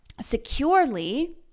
securely